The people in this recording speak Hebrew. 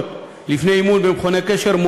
הדרישה לתעודות רפואיות כאמור לפני אימון במכוני כושר,